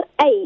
eight